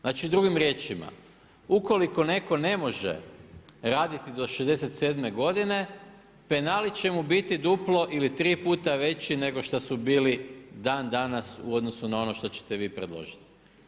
Znači drugim riječima, ukoliko netko ne može raditi do 67 godine penali će mu biti duplo ili tri puta veći nego što su bili dan danas u odnosu na ono što ćete vi predložiti.